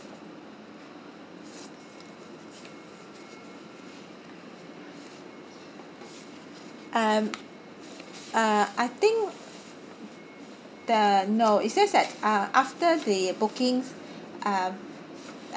um uh I think the no it's just that uh after the booking uh